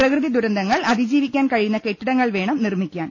പ്രകൃതി ദുരന്തങ്ങൾ അതിജീവിക്കാൻ കഴി യുന്ന കെട്ടിടങ്ങൾ വേണം നിർമിക്കാൻ